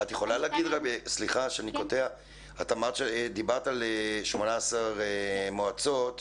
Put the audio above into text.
את דיברת על 18 מועצות